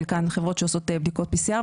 חלקן חברות שעושות בדיקות PCR,